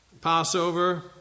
Passover